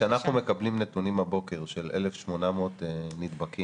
כשאנחנו מקבלים נתונים הבוקר של 1,800 נדבקים